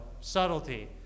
subtlety